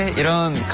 it um